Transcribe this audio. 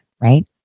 right